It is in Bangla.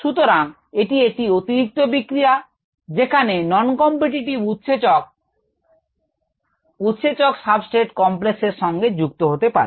সুতরাং এটি একটি অতিরিক্ত বিক্রিয়া যেখানে non competitive উৎসেচকের উৎসেচক সাবস্ট্রেট কমপ্লেক্সের সঙ্গে যুক্ত হতে পারে